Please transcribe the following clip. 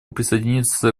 присоединиться